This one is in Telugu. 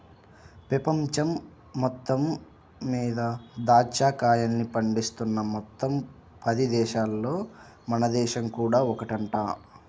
పెపంచం మొత్తం మీద దాచ్చా కాయల్ని పండిస్తున్న మొత్తం పది దేశాలల్లో మన దేశం కూడా ఒకటంట